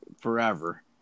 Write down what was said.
forever